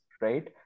right